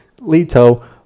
lito